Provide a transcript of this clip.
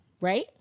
Right